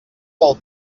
del